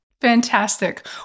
Fantastic